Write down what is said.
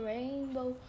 Rainbow